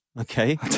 okay